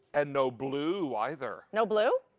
and no blue either. no blue?